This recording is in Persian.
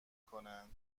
کنند